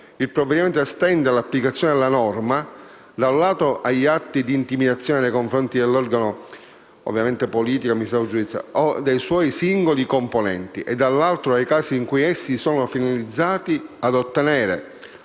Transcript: il provvedimento estende l'applicazione della norma, da un lato, agli atti di intimidazione nei confronti dell'organo politico, amministrativo, giudiziario o dei suoi singoli componenti e, dall'altro, ai casi in cui essi sono finalizzati a: «ottenere,